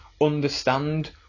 Understand